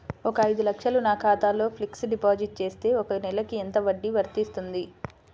ఒక ఐదు లక్షలు నా ఖాతాలో ఫ్లెక్సీ డిపాజిట్ చేస్తే ఒక నెలకి ఎంత వడ్డీ వర్తిస్తుంది?